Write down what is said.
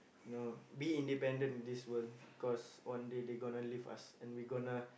no be independent in this world cause one day they gonna leave us and we gonna